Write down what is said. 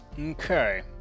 Okay